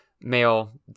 male